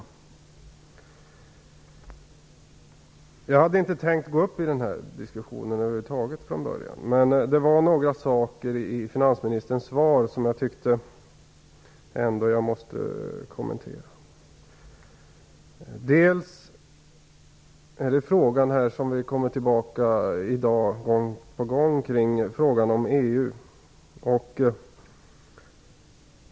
Jag hade från början inte tänkt gå upp i den här diskussionen över huvud taget, men det var några saker i finansministerns svar som jag tyckte att jag måste kommentera. Vi kommer i dag gång på gång tillbaka till frågan om EU.